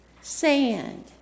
sand